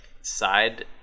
side